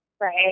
Right